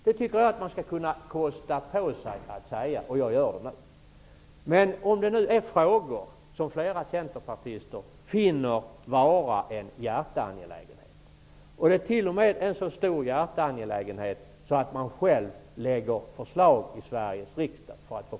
Det skall man kunna kosta på sig att säga, och det gör jag nu. Det rör sig nu om frågor som flera centerpartister finner vara en hjärteangelägenhet. Det är t.o.m. en så stor hjärteangelägenhet att man själv lägger fram förslag till Sveriges riksdag.